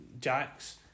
Jack's